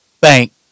Bank